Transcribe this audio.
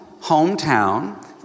hometown